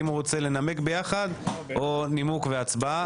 אם הוא רוצה לנמק ביחד או נימוק והצבעה.